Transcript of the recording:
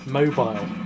mobile